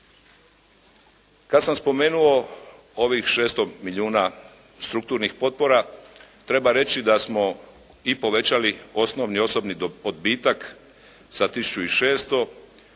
Kada sam spomenuo ovih 600 milijuna strukturnih potpora, treba reći da smo i povećali osobni osnovni odbitak sa tisuću